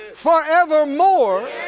Forevermore